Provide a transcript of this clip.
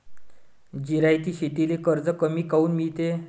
जिरायती शेतीले कर्ज कमी काऊन मिळते?